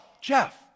Jeff